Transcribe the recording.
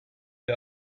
der